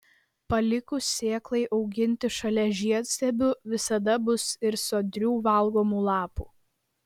palikus sėklai auginti šalia žiedstiebių visada bus ir sodrių valgomų lapų